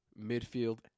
midfield